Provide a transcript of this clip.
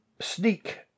sneak